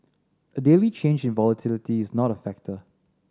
a daily change in volatility is not a factor